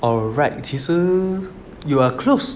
oh right 其实 you are close